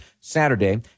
Saturday